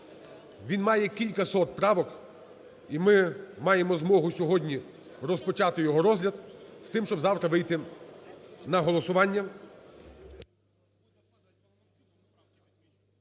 Він має кількасот правок, і ми маємо змогу сьогодні розпочати його розгляд з тим, щоб завтра вийти на голосування.